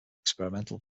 experimental